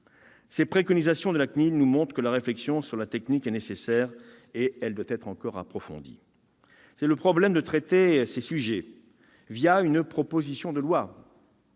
Ces préconisations de la CNIL nous montrent que la réflexion sur la technique est nécessaire et qu'elle doit être encore approfondie. Il est problématique de traiter ces sujets par une proposition de loi.